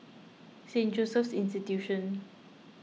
Saint Joseph's Institution